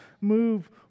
move